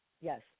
yes